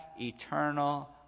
eternal